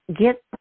get